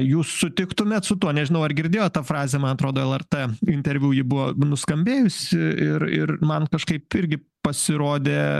jūs sutiktumėt su tuo nežinau ar girdėjot tą frazę man atrodo el er t interviu ji buvo nuskambėjusi ir ir man kažkaip irgi pasirodė